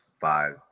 five